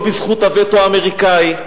לא בזכות הווטו האמריקני,